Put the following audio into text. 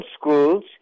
schools